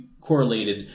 correlated